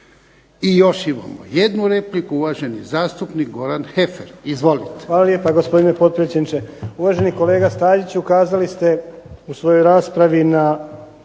I još imamo jednu repliku, uvaženi zastupnik Goran Heffer. Izvolite. **Heffer, Goran (SDP)** Hvala lijepa gospodine potpredsjedniče. Uvaženi kolega Staziću kazali ste u svojoj raspravi na